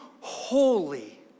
holy